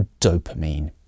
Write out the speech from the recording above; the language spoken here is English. dopamine